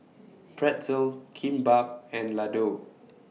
Pretzel Kimbap and Ladoo